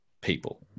people